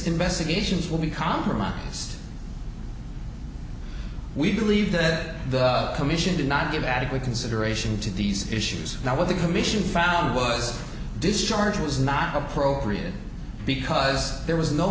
investigations will be compromised we believe that the commission did not give adequate consideration to these issues now what the commission found was discharge was not appropriate because there was no